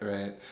Right